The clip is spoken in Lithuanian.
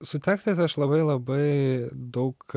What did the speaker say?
su tekstais aš labai labai daug